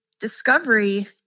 discovery